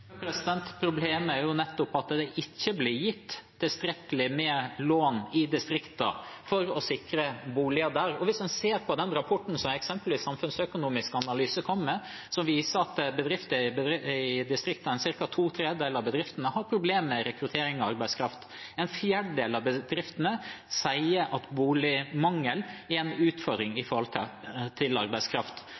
Problemet er nettopp at det ikke blir gitt tilstrekkelig med lån til distriktene for å sikre boliger der. Hvis man ser på den rapporten som eksempelvis Samfunnsøkonomisk analyse kom med, viser den at ca. to tredjedeler av bedriftene i distriktene har problem med rekruttering av arbeidskraft. En fjerdedel av bedriftene sier at boligmangel er en utfordring når det gjelder arbeidskraft. Så den situasjonen som statsråden beskriver, er ikke riktig, utfordringen er der per i